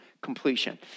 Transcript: completion